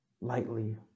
lightly